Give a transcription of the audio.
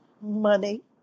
money